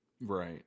Right